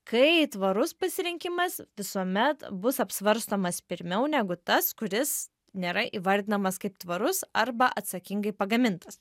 kai tvarus pasirinkimas visuomet bus apsvarstomas pirmiau negu tas kuris nėra įvardinamas kaip tvarus arba atsakingai pagamintas